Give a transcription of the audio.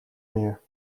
meer